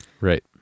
Right